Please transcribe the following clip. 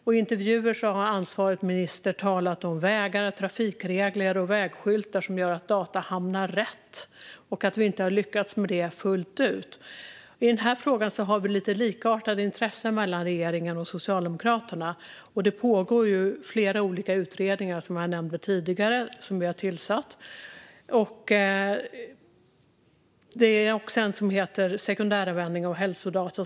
I intervjuer har ansvarig minister talat om vägar, trafikregler och vägskyltar som gör att data hamnar rätt och att vi inte har lyckats med detta fullt ut. I denna fråga har regeringen och Socialdemokraterna lite likartade intressen. Som jag nämnde tidigare pågår flera olika utredningar som vi har tillsatt, däribland en utredning om sekundäranvändning av hälsodata.